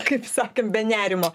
kaip sakant be nerimo